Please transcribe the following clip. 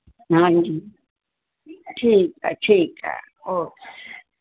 हां जी ठीकु आहे ठीकु आहे ओके